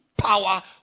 power